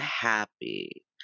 happy